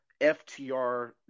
FTR